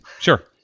sure